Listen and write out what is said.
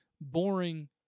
boring